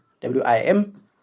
w-i-m